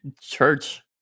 Church